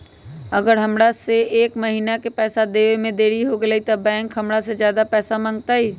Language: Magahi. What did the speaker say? अगर हमरा से एक महीना के पैसा देवे में देरी होगलइ तब बैंक हमरा से ज्यादा पैसा मंगतइ?